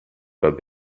about